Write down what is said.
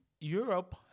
Europe